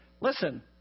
Listen